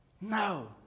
No